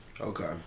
Okay